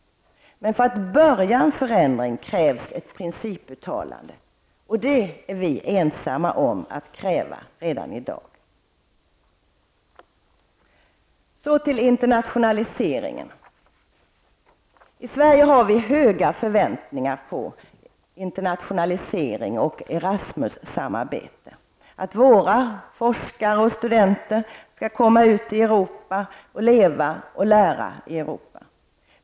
Men för att börja en förändring krävs ett principuttalande, och det är vi ensamma om att kräva redan i dag. Så till internationaliseringen. I Sverige har vi höga förväntningar på internationalisering och ERASMUS-samarbete, att våra forskare och studenter skall komma ut och leva och lära i Europa.